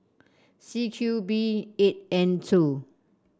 C Q B eight N